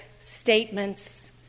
statements